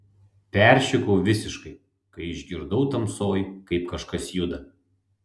peršikau visiškai kai išgirdau tamsoj kaip kažkas juda